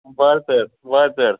बरें तर बरें तर